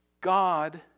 God